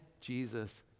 jesus